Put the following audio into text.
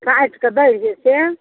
काटि कऽ दै दे से